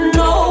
no